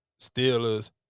steelers